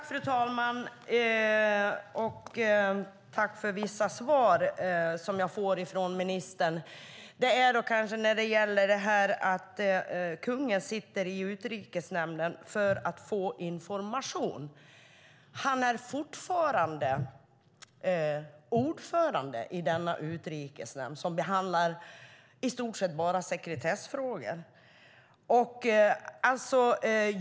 Fru talman! Tack för vissa svar som jag får från ministern! Jag vill säga något när det gäller att kungen sitter i Utrikesnämnden för att få information. Han är fortfarande ordförande i denna utrikesnämnd som i stort sett bara behandlar sekretessfrågor.